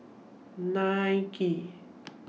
Nike